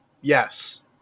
yes